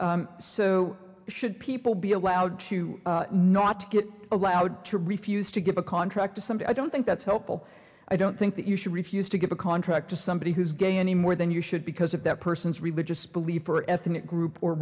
either so should people be allowed to not get allowed to refuse to give a contract to something i don't think that's helpful i don't think that you should refuse to give a contract to somebody who's gay any more than you should because of that person's religious belief or ethnic group or